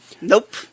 Nope